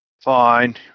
Fine